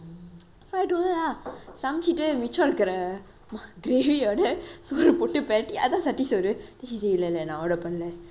so I told her lah சுமைச்சீட்டு மிச்சம் இருக்கிற:samaichitu miccham irukira gravy ஒட சோறு போட்டு பெட்டி அதான் சட்டி சோறு: oda soru pottu peti athan satti soru then she say இல்லை இல்லை நான்:illai illai naan order பன்னல:pannala